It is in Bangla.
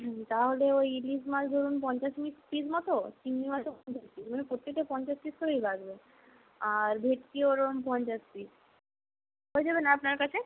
হুম তাহলে ওই ইলিশ মাছ ধরুন পঞ্চাশ পিস মতো চিংড়ি মাছও মানে প্রত্যেকটা পঞ্চাশ পিস করেই লাগবে আর ভেটকি ওরকম পঞ্চাশ পিস হয়ে যাবে না আপনার কাছে